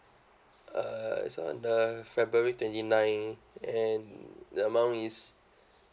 uh is on the february twenty nine and the amount is